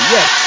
Yes